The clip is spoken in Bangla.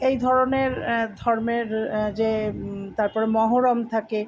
এই ধরণের ধর্মের যে তারপরে মহরম থাকে